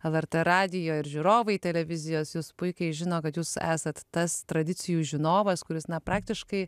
lrt radijo ir žiūrovai televizijos jus puikiai žino kad jūs esat tas tradicijų žinovas kuris na praktiškai